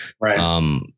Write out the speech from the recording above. Right